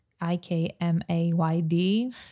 I-K-M-A-Y-D